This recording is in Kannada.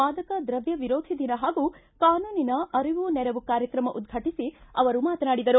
ಮಾದಕ ದ್ರವ್ಯ ವಿರೋಧಿ ದಿನ ಹಾಗೂ ಕಾನೂನಿನ ಅರಿವು ನೆರವು ಕಾರ್ಯತ್ರಮ ಉದ್ಘಾಟಿಸಿ ಅವರು ಮಾತನಾಡಿದರು